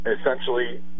essentially